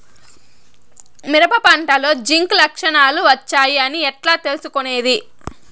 మిరప పంటలో జింక్ లక్షణాలు వచ్చాయి అని ఎట్లా తెలుసుకొనేది?